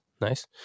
nice